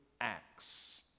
Acts